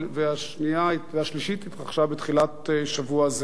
והשלישית התרחשה בתחילת שבוע זה.